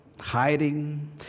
hiding